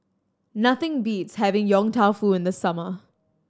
nothing beats having Yong Tau Foo in the summer